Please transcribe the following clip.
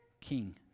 King